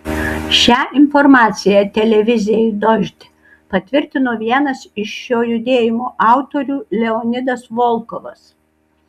šią informaciją televizijai dožd patvirtino vienas iš šio judėjimo autorių leonidas volkovas